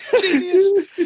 genius